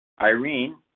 IRENE